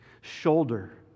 shoulder